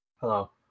Hello